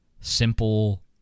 simple